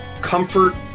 comfort